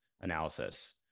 analysis